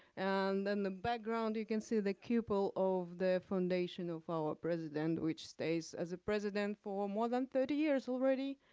and then the background, you can see the cupola of the foundation of our president, which stays as a president for more than thirty years already.